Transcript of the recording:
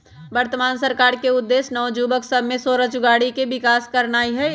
वर्तमान सरकार के उद्देश्य नओ जुबक सभ में स्वरोजगारी के विकास करनाई हई